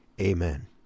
Amen